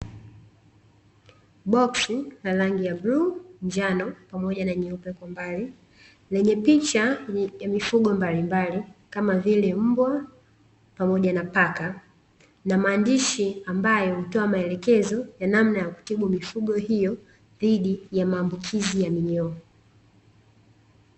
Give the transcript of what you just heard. Boxi la rangi ya bluu, njano pamoja na nyeupe kwa mbali lenye picha ya mifugo mbalimbali kama vile mbwa pamoja na paka na maandishi ambayo hutoa maelekezo ya namna ya kutibu mifugo hiyo dhidi ya maambukizi ya minyoo .